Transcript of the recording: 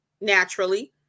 naturally